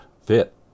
fit